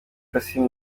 kassim